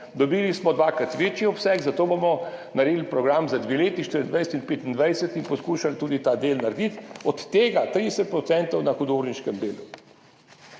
Dobili smo dvakrat večji obseg, zato bomo naredili program za dve leti, 2024 in 2025, in poskušali tudi ta del narediti, od tega 30 % na hudourniškem delu.